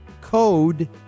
Code